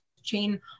chain